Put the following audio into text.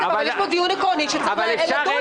אבל יש פה דיון עקרוני שצריך לקיים.